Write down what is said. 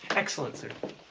excellent, sir.